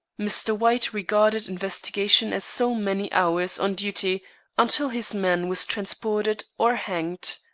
mr. white regarded investigation as so many hours on duty until his man was transported or hanged.